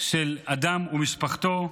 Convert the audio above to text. של אדם ומשפחתו.